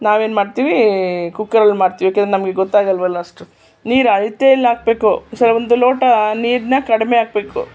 ನಾವೇನು ಮಾಡ್ತೀವಿ ಕುಕ್ಕರಲ್ಲಿ ಮಾಡ್ತೀವಿ ಯಾಕೆಂದರೆ ನಮಗೆ ಗೊತ್ತಾಗಲ್ವಲ್ಲ ಅಷ್ಟು ನೀರು ಅಳತೇಲಿ ಹಾಕಬೇಕು ಸೊ ಒಂದು ಲೋಟ ನೀರನ್ನು ಕಡಿಮೆ ಹಾಕಬೇಕು